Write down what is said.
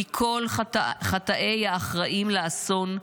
מכל חטאי האחראים לאסון,